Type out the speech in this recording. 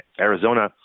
Arizona